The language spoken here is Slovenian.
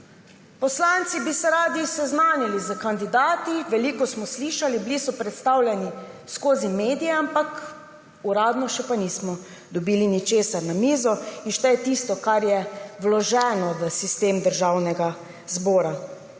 Poslanci bi se radi seznanili s kandidati, veliko smo slišali, bili so predstavljeni skozi medije, ampak uradno pa še nismo dobili ničesar na mizo. Šteje tisto, kar je vloženo v sistem Državnega zbora.